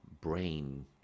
brain